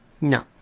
No